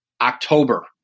October